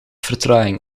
vertraging